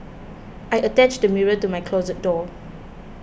I attached a mirror to my closet door